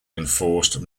enforced